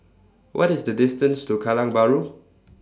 What IS The distance to Kallang Bahru